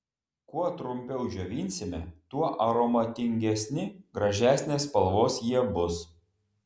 kuo trumpiau džiovinsime tuo aromatingesni gražesnės spalvos jie bus